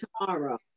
tomorrow